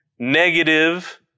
negative